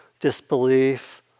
disbelief